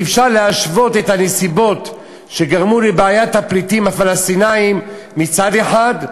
אי-אפשר להשוות את הנסיבות שגרמו לבעיית הפליטים הפלסטינים מצד אחד,